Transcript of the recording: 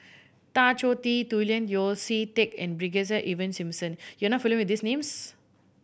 Tan Choh Tee Julian Yeo See Teck and Brigadier Ivan Simson you are not familiar with these names